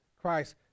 Christ